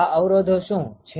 આ અવરોધો શુ છે